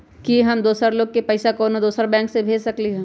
कि हम दोसर लोग के पइसा कोनो दोसर बैंक से भेज सकली ह?